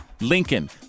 Lincoln